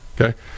okay